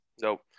Nope